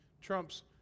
trumps